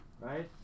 right